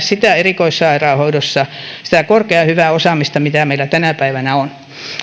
erikoissairaanhoidossa sitä korkeaa hyvää osaamista mitä meillä tänä päivänä on